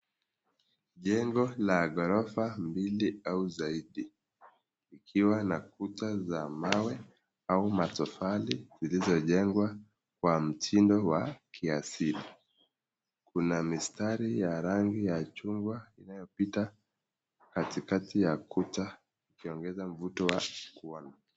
Jengo la ghorofa mbili au zaidi likiwa na kuta za mawe au matofali zilizojengwa kwa mtindo wa kiasili. Kuna mistari ya rangi ya chungwa inayopita katikati ya kuta ikiongeza mvuto wa kuona.